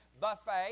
buffet